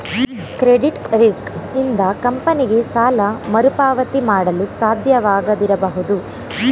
credit risk ಇಂದ ಕಂಪನಿಗೆ ಸಾಲ ಮರುಪಾವತಿ ಮಾಡಲು ಸಾಧ್ಯವಾಗದಿರಬಹುದು